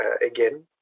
again